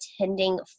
attending